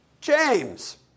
James